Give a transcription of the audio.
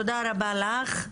תודה רבה לך.